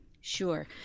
Sure